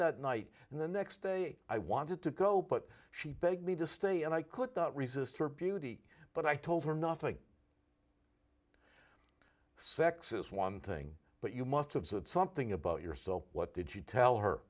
that night and the next day i wanted to go put she begged me to stay and i could not resist her beauty but i told her nothing sex is one thing but you must have said something about yourself what did you tell her